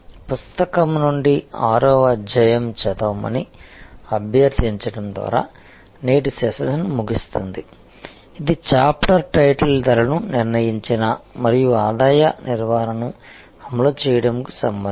పుస్తకం నుండి 6 వ అధ్యాయం చదవమని అభ్యర్థించడం ద్వారా నేటి సెషన్ను ముగుస్తుంది ఇది చాప్టర్ టైటిల్ ధరలను నిర్ణయించిన మరియు ఆదాయ నిర్వహణను అమలు చేయడం కి సంబంధించినది